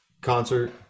concert